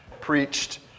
preached